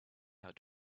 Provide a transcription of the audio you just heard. out